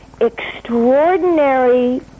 extraordinary